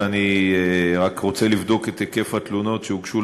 ואני רק רוצה לבדוק את היקף התלונות שהוגשו